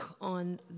on